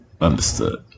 understood